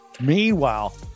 Meanwhile